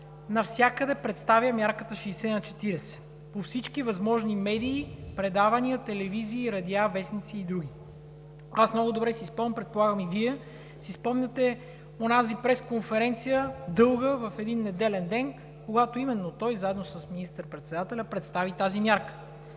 навсякъде представя мярката 60/40, по всички възможни медии, предавания, телевизии, радиа, вестници и други. Аз много добре си спомням, предполагам и Вие си спомняте онази пресконференция, дълга, в един неделен ден, когато именно той, заедно с министър-председателя, представи тази мярка.